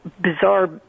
bizarre